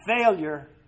Failure